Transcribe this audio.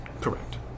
Correct